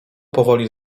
powoli